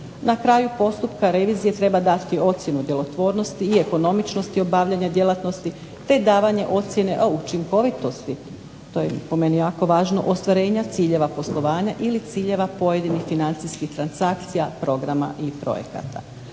Na kraju postupka revizije treba dati ocjenu djelotvornosti i ekonomičnosti obavljanja djelatnosti te davanje ocjene o učinkovitosti, to je po meni jako važno, ostvarenja ciljeva poslovanja ili ciljeva pojedinih financijskih transakcija, programa i projekata.